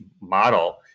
model